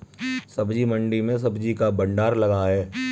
सब्जी मंडी में सब्जी का भंडार लगा है